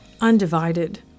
undivided